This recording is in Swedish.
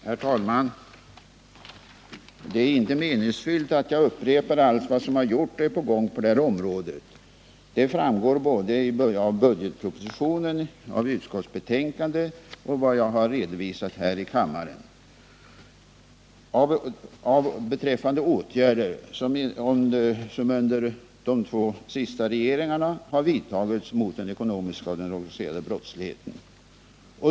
Herr talman! Det är inte meningsfyllt att jag upprepar allt som har gjorts och som är på gång på detta område. Av både budgetpropositionen, utskottsbetänkandet och det jag har redovisat här i kammaren framgår vilka åtgärder som under de två senaste regeringarna har vidtagits mot den ekonomiska och den organiserade brottsligheten.